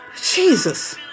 Jesus